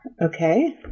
Okay